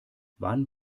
wann